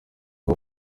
uyu